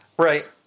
Right